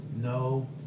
no